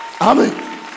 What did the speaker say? Amen